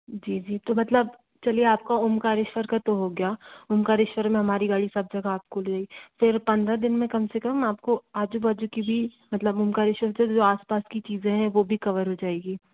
जी जी तो मतलब चलिए आपका ओंकारेश्वर का तो हो गया ओंकारेश्वर में हमारी गाड़ी सब जगह आपके लिए फिर पंद्रह दिन में कम से कम आपको आजू बाजू की भी मतलब ओंकारेश्वर से जो आसपास की चीज़ें हैं वो भी कवर हो जाएगी